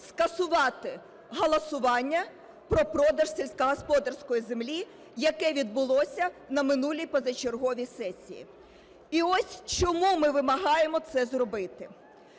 скасувати голосування про продаж сільськогосподарської землі, яке відбулося на минулій позачерговій сесії. І ось чому ми вимагаємо це зробити.